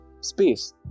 space